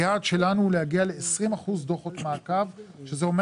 היעד שלנו הוא להגיע ל-20% דוחות מעקב שזה אומר